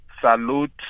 salute